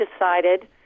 decided